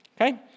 Okay